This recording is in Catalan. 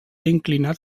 inclinat